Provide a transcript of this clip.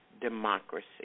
democracy